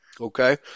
Okay